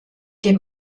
dem